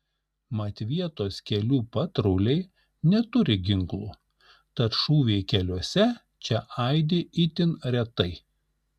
mat vietos kelių patruliai neturi ginklų tad šūviai keliuose čia aidi itin retai